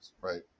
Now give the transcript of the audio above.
right